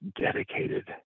dedicated